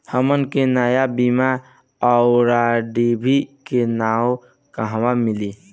हमन के नया बीया आउरडिभी के नाव कहवा मीली?